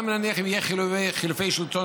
נניח אם גם יהיו חילופי שלטון,